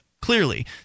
Clearly